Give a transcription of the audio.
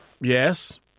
Yes